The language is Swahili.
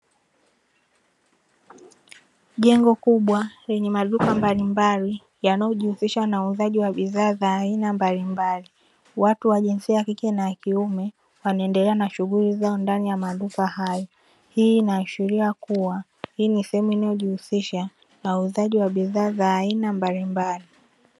Jengo kubwa lenye maduka mbalimbali yanayo jihusisha na wauzaji wa bidhaa za aina mbalimbali, watu wa jinsia ya kike na kiume wanaendelea na shughuli zao ndani ya maduka hayo. Hii inaashiria kuwa hii ni sehemu inayo jihusisha na uuzaji wa bidhaa za aina mbalimbali.